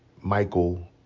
Michael